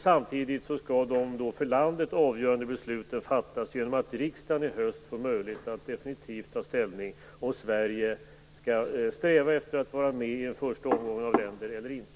Samtidigt skall de för landet avgörande besluten fattas genom att riksdagen i höst får möjlighet att definitivt ta ställning till om Sverige skall sträva efter att vara med i den första omgången av länder eller inte.